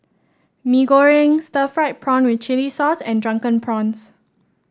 Mee Goreng Stir Fried Prawn with Chili Sauce and Drunken Prawns